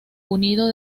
unido